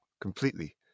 completely